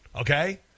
okay